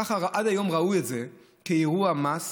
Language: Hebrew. עד היום ראו את זה כאירוע מס.